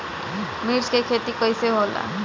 मिर्च के खेती कईसे होला?